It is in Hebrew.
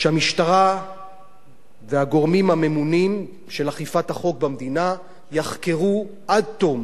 שהמשטרה והגורמים הממונים של אכיפת החוק במדינה יחקרו עד תום